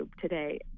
today